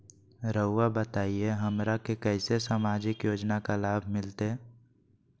रहुआ बताइए हमरा के कैसे सामाजिक योजना का लाभ मिलते?